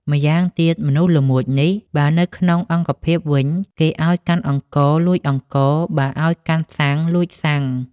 ម្យ៉ាងទៀត មនុស្សល្មួចនេះ បើនៅក្នុងអង្គភាពវិញ គេឲ្យកាន់អង្ករ លួចអង្ករ បើឲ្យកាន់សាំង លួចសាំង ។